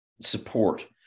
support